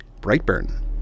Brightburn